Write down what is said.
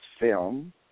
film